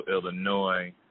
Illinois